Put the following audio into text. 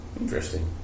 Interesting